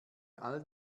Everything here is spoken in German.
all